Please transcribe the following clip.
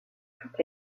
toutes